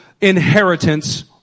inheritance